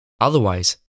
Otherwise